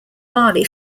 barley